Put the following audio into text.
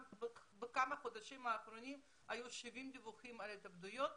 שבחודשים האחרונים היו 70 דיווחים על התאבדויות